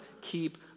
keep